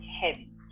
heavy